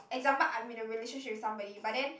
example I'm with a relationship with somebody but then